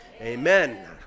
Amen